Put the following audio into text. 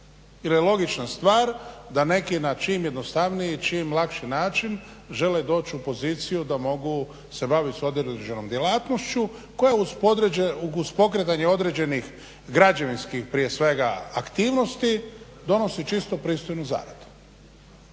jer je logična stvar da neki na čim jednostavniji, čim lakši način žele doć' u poziciju da mogu se bavit sa određenom djelatnošću koja uz pokretanje određenih građevinskih prije svega aktivnosti donosi čisto pristojnu zaradu.